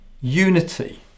unity